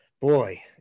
boy